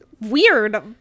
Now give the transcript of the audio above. weird